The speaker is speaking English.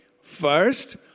First